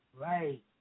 Right